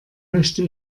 möchte